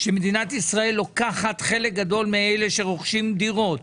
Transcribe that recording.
שמדינת ישראל לוקחת חלק גדול מאלה שרוכשים דירות,